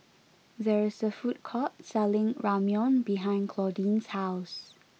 there is a food court selling Ramyeon behind Claudine's house